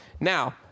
Now